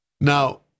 Now